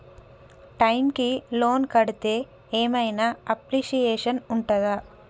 Time కి loan కడ్తే ఏం ఐనా అప్రిషియేషన్ ఉంటదా?